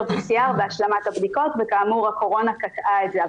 PCR והשלמת הבדיקות וכאמור הקורונה קטעה את זה.